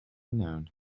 known